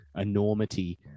enormity